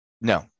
No